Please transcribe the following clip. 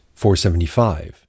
475